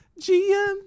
GM